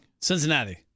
Cincinnati